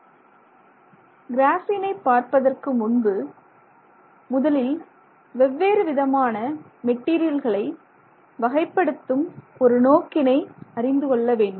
கிராஃபீனை பார்ப்பதற்கு முன்பு நானும் முதலில் வெவ்வேறு விதமான மெட்டீரியல்களை வகைபடுத்தும் ஒரு நோக்கினை அறிந்து கொள்ள வேண்டும்